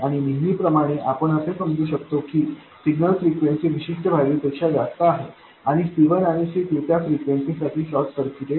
आणि नेहमीप्रमाणे आपण असे समजू शकतो की सिग्नल फ्रिक्वेन्सी विशिष्ट व्हॅल्यू पेक्षा जास्त आहे आणि C1 आणि C2 त्या फ्रिक्वेन्सी साठी शॉर्ट सर्किट आहेत